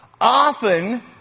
Often